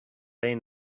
aon